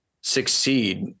succeed